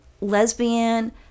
lesbian